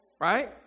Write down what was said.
right